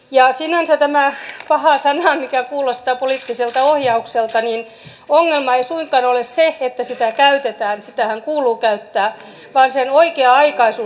sinänsä tässä pahassa sanassa joka kuulostaa poliittiselta ohjaukselta ongelma ei suinkaan ole se että sitä käytetään sitähän kuuluu käyttää vaan sen oikea aikaisuus on ongelma